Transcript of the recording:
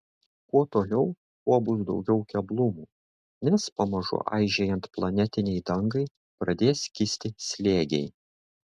kuo toliau tuo bus daugiau keblumų nes pamažu aižėjant planetinei dangai pradės kisti slėgiai